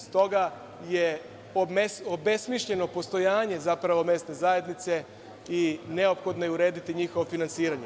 Stoga je obesmišljeno postojanje zapravo mesne zajednice i neophodno je urediti njihovo finansiranje.